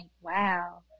wow